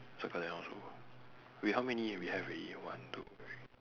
circle that one also wait how many we have ready one two three